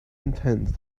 intense